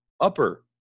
upper